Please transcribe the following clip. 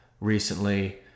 recently